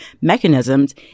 mechanisms